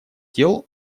дел